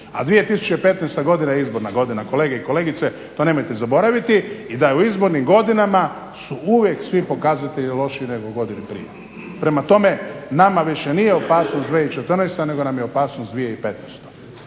a 2015. godina je izborna godina, kolege i kolegice, to nemojte zaboraviti i da je u izbornim godinama su uvijek svi pokazatelji lošiji nego godinu prije. Prema tome nama više nije opasnost 2014., nego nam je opasnost 2015.